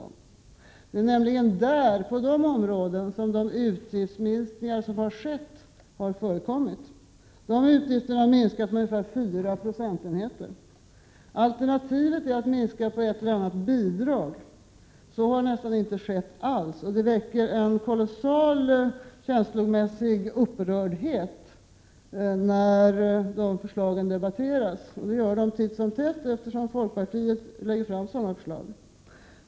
Det är nämligen på de områdena som utgiftsminskningar har skett. De utgifterna har minskat med ungefär fyra procentenheter. Alternativet är att minska på ett eller annat bidrag. Så har nästan inte alls skett. Det väcker en kolossal känslomässig upprördhet när sådana förslag debatteras. Det förekommer titt och tätt, eftersom folkpartiet lägger fram sådana förslag.